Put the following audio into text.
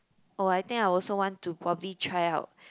oh I think I also want to probably try out